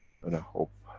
and i hope.